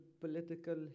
political